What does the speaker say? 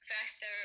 faster